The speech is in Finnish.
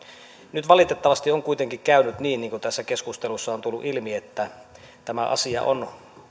nyt valitettavasti on kuitenkin käynyt niin niin kuin tässä keskustelussa on tullut ilmi että tämä asia on